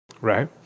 right